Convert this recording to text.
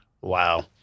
Wow